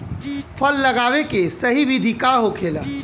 फल लगावे के सही विधि का होखेला?